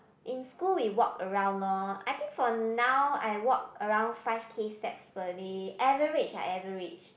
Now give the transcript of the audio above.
in school we walk around lor I think for now I walk around five K steps per day average ah average